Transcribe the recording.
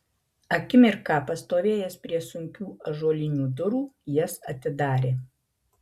akimirką pastovėjęs prie sunkių ąžuolinių durų jas atidarė